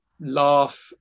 laugh